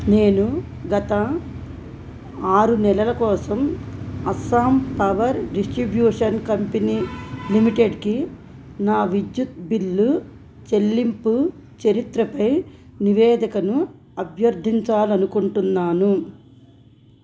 నేను గత ఆరు నెలల కోసం అస్సాం పవర్ డిస్ట్రిబ్యూషన్ కంపెనీ లిమిటెడ్కి నా విద్యుత్ బిల్లు చెల్లింపు చరిత్రపై నివేదికను అభ్యర్థించాలి అనుకుంటున్నాను